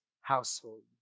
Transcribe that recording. household